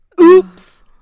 Oops